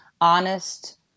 honest